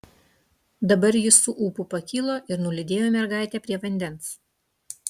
dabar jis su ūpu pakilo ir nulydėjo mergaitę prie vandens